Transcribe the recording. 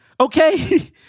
Okay